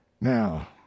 Now